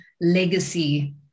legacy